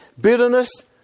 Bitterness